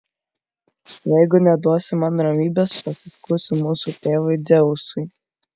jeigu neduosi man ramybės pasiskųsiu mūsų tėvui dzeusui